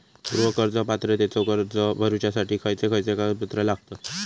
गृह कर्ज पात्रतेचो अर्ज भरुच्यासाठी खयचे खयचे कागदपत्र लागतत?